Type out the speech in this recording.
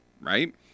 Right